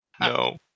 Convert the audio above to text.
no